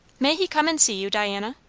may he come and see you, diana?